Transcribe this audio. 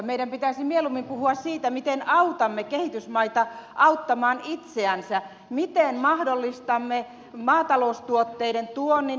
meidän pitäisi mieluummin puhua siitä miten autamme kehitysmaita auttamaan itseänsä miten mahdollistamme maataloustuotteiden tuonnin eurooppaan